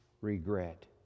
regret